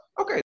Okay